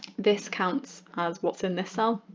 this counts as what's in this cell.